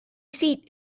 seat